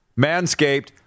Manscaped